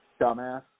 Dumbass